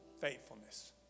faithfulness